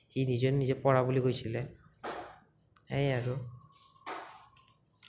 সি নিজে নিজে পৰা বুলি কৈছিলে সেইয়াই আৰু